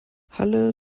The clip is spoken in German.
halle